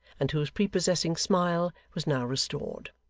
and whose prepossessing smile was now restored.